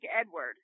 Edward